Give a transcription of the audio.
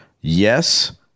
yes